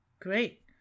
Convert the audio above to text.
Great